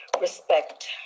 Respect